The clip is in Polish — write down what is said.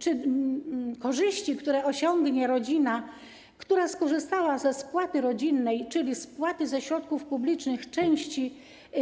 Czy korzyści, które osiągnie rodzina, która skorzystała ze spłaty rodzinnej, czyli spłaty ze środków publicznych części